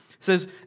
says